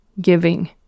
giving